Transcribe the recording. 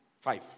five